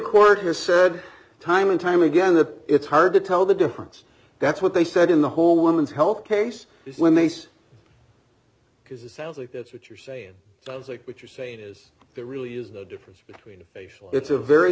has said time and time again that it's hard to tell the difference that's what they said in the whole women's health case when they said because it sounds like that's what you're saying sounds like what you're saying is there really is no difference between a facial it's a very